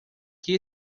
que